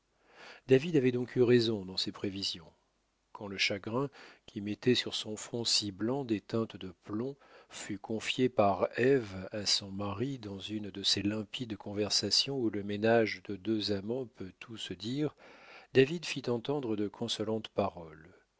david avait donc eu raison dans ses prévisions quand le chagrin qui mettait sur son front si blanc des teintes de plomb fut confié par ève à son mari dans une de ces limpides conversations où le ménage de deux amants peut tout se dire david fit entendre de consolantes paroles